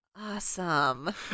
Awesome